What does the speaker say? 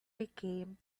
became